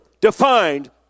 defined